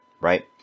right